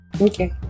Okay